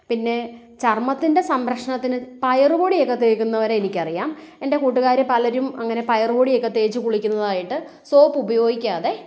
പിന്നെ ചർമ്മത്തിൻ്റെ സംരക്ഷണത്തിന് പയറു പൊടിയൊക്കെ തേക്കുന്നവരെ എനിക്കറിയാം എൻ്റെ കൂട്ടുകാർ പലരും അങ്ങനെ പയറു പൊടിയൊക്കെ തേച്ച് കുളിക്കുന്നതായിട്ട് സോപ്പ് ഉപയോഗിക്കാതെ